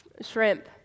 shrimp